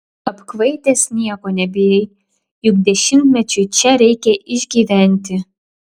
apkvaitęs nieko nebijai juk dešimtmečiui čia reikia išgyventi